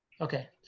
Okay